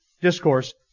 discourse